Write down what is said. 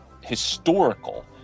historical